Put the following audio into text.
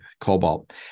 cobalt